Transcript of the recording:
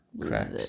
cracks